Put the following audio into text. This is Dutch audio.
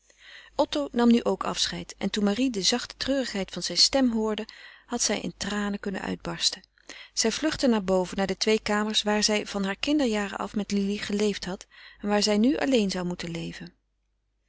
nam ook afscheid en toen marie de zachte treurigheid zijner stem hoorde had zij in tranen kunnen uitbarsten zij vluchtte naar boven naar de twee kamers waar zij van hare kinderjaren af met lili geleefd had en waar zij nu alleen zou moeten leven